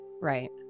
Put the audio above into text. Right